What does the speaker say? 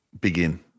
begin